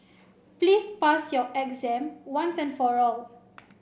please pass your exam once and for all